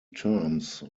terms